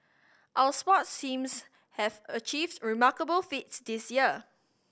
our sports teams have achieved remarkable feats this year